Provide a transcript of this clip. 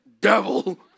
devil